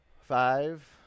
Five